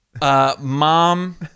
Mom